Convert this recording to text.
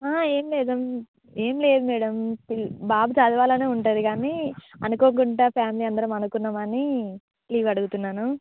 ఏం లేదు ఏం లేదు మేడమ్ పిల్ బాబు చదవాలి అనే ఉంటుంది కానీ అనుకోకుండా ఫ్యామిలీ అందరం అనుకున్నాము అని లీవ్ అడుగుతున్నాను